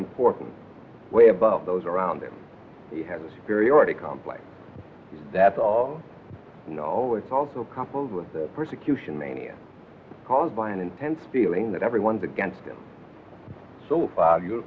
important way above those around him he has a superiority complex that's all oh it's also coupled with the persecution mania caused by an intense feeling that everyone's against him so you're